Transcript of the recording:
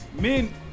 men